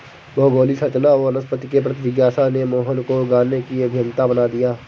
भौगोलिक संरचना और वनस्पति के प्रति जिज्ञासा ने मोहन को गाने की अभियंता बना दिया